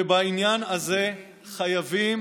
ובעניין הזה חייבים